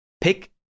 pick